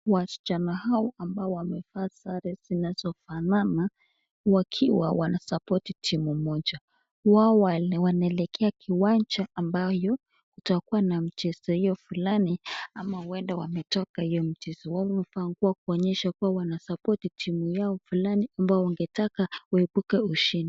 Wasicha a hawa ambayo wamefaa sare siisofananawakiwi wanasapoti timu moja wao wanaelekea kiwanja ambayo itakuwa na mcheso huo funali ama uenda wametika huo mchezo kuwa waonyesha kua wanasapoti timu Yao fulani amboyo aketaka kuebuka ushindi.